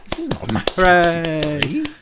hooray